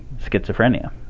schizophrenia